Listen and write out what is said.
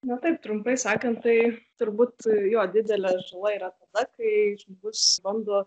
na taip trumpai sakant tai turbūt jo didelis žala yra na kai žmogus bando